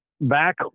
Back